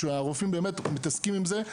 שהרופאים באמת מתעסקים עם זה,